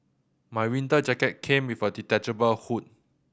my winter jacket came with a detachable hood